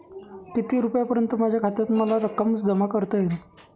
किती रुपयांपर्यंत माझ्या खात्यात मला रक्कम जमा करता येईल?